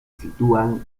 sitúan